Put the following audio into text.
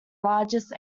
largest